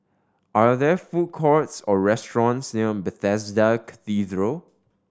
are there food courts or restaurants near Bethesda Cathedral